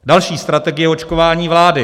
Další: strategie očkování vlády.